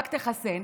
רק תחסן.